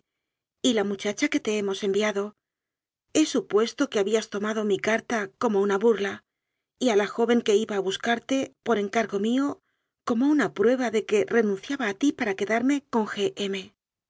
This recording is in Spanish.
la muchacha que te hemos enviado he supuesto que habías tomado mi carta como una hurla y a la joven que iba a buscarte por encargo mío como una prueba de que renunciaba a ti para quedarme con